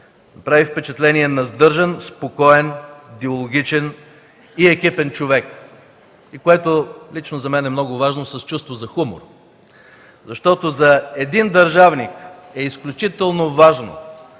Прави впечатление на сдържан, спокоен, диалогичен и екипен човек, и което лично за мен е много важно – с чувство за хумор, защото за един държавник е изключително важно